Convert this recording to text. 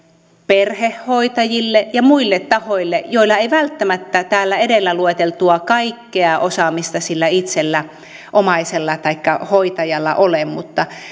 perhehoitajille ja muille tahoille joilla ei välttämättä täällä edellä lueteltua kaikkea osaamista itsellä omaisella taikka hoitajalla ole mutta se